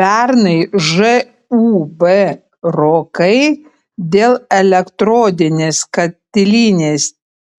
pernai žūb rokai dėl elektrodinės katilinės